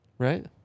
Right